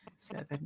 Seven